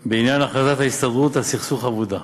בעניין הכרזת ההסתדרות על סכסוך עבודה,